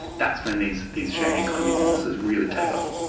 that's when these these sharing economy businesses really take off.